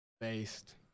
Based